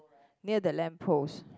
near the lamp post